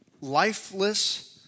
lifeless